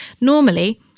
normally